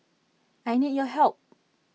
I need your help